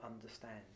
understand